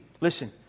Listen